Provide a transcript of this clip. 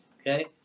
Okay